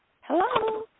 Hello